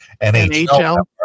NHL